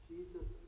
Jesus